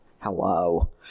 Hello